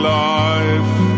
life